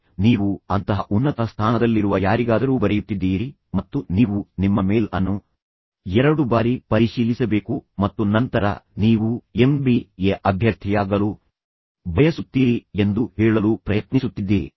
ಆದ್ದರಿಂದ ನೀವು ಅಂತಹ ಉನ್ನತ ಸ್ಥಾನದಲ್ಲಿರುವ ಯಾರಿಗಾದರೂ ಬರೆಯುತ್ತಿದ್ದೀರಿ ಮತ್ತು ನೀವು ನಿಮ್ಮ ಮೇಲ್ ಅನ್ನು ಎರಡು ಬಾರಿ ಪರಿಶೀಲಿಸಬೇಕು ಮತ್ತು ನಂತರ ನೀವು ಎಂಬಿಎ ಅಭ್ಯರ್ಥಿಯಾಗಲು ಬಯಸುತ್ತೀರಿ ಎಂದು ಹೇಳಲು ಪ್ರಯತ್ನಿಸುತ್ತಿದ್ದೀರಿ